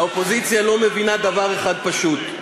האופוזיציה לא מבינה דבר אחד פשוט,